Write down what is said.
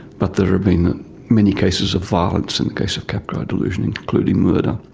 but there have been many cases of violence in the case of capgras delusion, including murder.